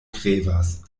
krevas